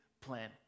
plan